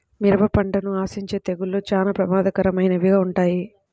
మిరప పంటను ఆశించే తెగుళ్ళు చాలా ప్రమాదకరమైనవిగా ఉంటాయి